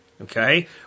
okay